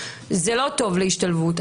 זה לא טוב להשתלבות.